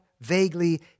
vaguely